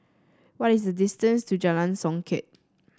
what is the distance to Jalan Songket